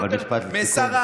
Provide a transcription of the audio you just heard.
משפט לסיכום,